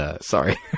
Sorry